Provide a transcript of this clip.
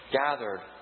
gathered